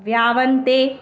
विहांउनि ते